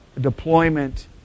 deployment